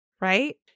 Right